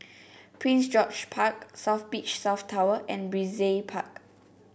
Prince George Park South Beach South Tower and Brizay Park